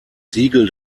siegel